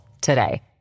today